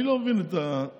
אני לא מבין את מה